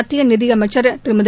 மத்திய நிதியமைச்சன் திருமதி